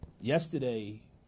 Yesterday